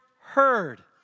heard